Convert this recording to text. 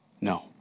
No